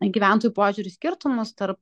gyventojų požiūrių skirtumus tarp